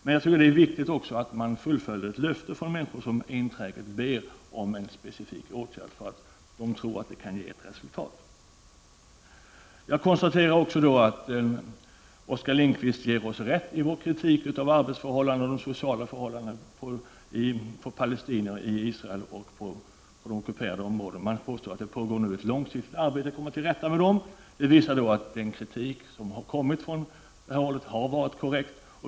Jag tycker också det är viktigt att fullfölja ett löfte till människor som enträget ber om en specifik åtgärd därför att de tror att den kan ge resultat. Jag konstaterar också att Oskar Lindkvist ger oss rätt i vår kritik av arbetsförhållanden och sociala förhållanden för palestinier i Israel och inom de oc kuperade områdena. Man påstår att det nu pågår ett långsiktigt arbete för att komma till rätta med de förhållandena. Det visar att kritiken från detta håll har varit korrekt.